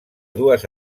dues